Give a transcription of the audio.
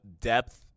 depth